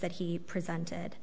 that he presented